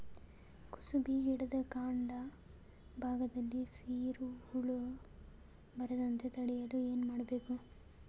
ಕುಸುಬಿ ಗಿಡದ ಕಾಂಡ ಭಾಗದಲ್ಲಿ ಸೀರು ಹುಳು ಬರದಂತೆ ತಡೆಯಲು ಏನ್ ಮಾಡಬೇಕು?